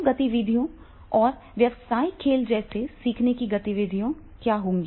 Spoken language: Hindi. समूह गतिविधियों या व्यावसायिक खेल जैसी सीखने की गतिविधियाँ क्या होंगी